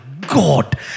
God